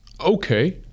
okay